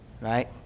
right